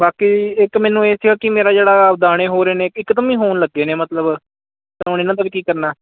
ਬਾਕੀ ਇੱਕ ਮੈਨੂੰ ਇਹ ਸੀਗਾ ਕਿ ਮੇਰਾ ਜਿਹੜਾ ਦਾਣੇ ਹੋ ਰਹੇ ਨੇ ਇਕਦਮ ਹੀ ਹੋਣ ਲੱਗੇ ਨੇ ਮਤਲਬ ਅਤੇ ਹੁਣ ਇਹਨਾਂ ਦਾ ਬਈ ਕੀ ਕਰਨਾ